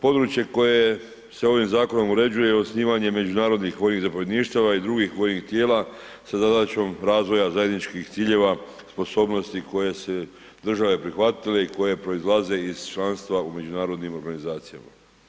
Područje koje se ovim zakonom uređuje, osnivanjem međunarodnih vojnih zapovjedništava i drugih vojnih tijela sa zadaćom razvoja zajedničkih ciljeva, sposobnosti koje se države prihvatile i koje proizlaze iz članstva u međunarodnim organizacijama.